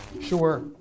Sure